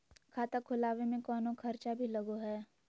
खाता खोलावे में कौनो खर्चा भी लगो है?